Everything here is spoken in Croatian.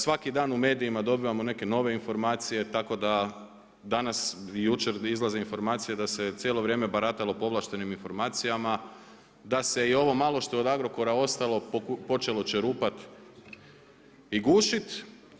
Svaki dan u medijima dobivamo neke nove informacije tako da danas i jučer izlaze informacije da se cijelo vrijeme baratalo povlaštenim informacijama, da se i ovo malo što je od Agrokora ostalo pčelo čerupati i gušiti.